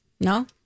No